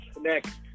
Next